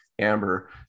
Amber